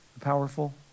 Powerful